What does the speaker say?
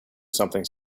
something